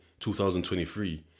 2023